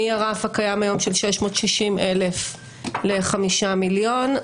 מהרף הקיים היום של 660,000 ל-2 מיליון,